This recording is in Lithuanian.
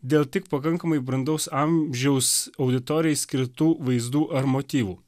dėl tik pakankamai brandaus amžiaus auditorijai skirtų vaizdų ar motyvų